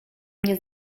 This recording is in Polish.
mnie